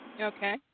Okay